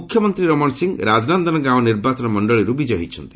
ମୁଖ୍ୟମନ୍ତ୍ରୀ ରମଣ ସିଂ ରାଜନନ୍ଦନ ଗାଓଁ ନିର୍ବାଚନ ମଣ୍ଡଳୀରୁ ବିଜୟୀ ହୋଇଛନ୍ତି